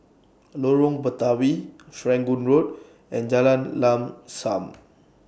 Lorong Batawi Serangoon Road and Jalan Lam SAM